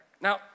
Now